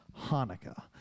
Hanukkah